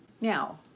Now